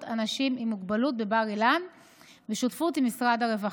אנשים עם מוגבלות בבר-אילן בשותפות עם משרד הרווחה.